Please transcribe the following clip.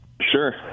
Sure